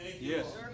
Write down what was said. Yes